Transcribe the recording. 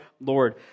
Lord